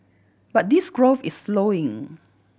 but this growth is slowing